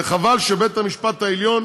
וחבל שבית-המשפט העליון,